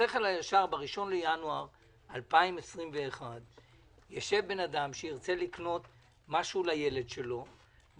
ב-1 בינואר 2021 אדם שירצה לקנות משהו לילד שלו,